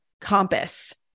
compass